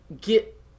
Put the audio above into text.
get